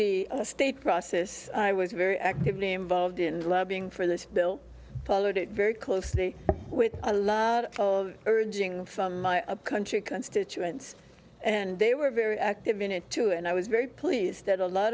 the state process i was very actively involved in the lobbying for this bill followed it very closely with a lot of urging from a country constituents and they were very active in it too and i was very pleased that a lot